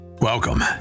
Welcome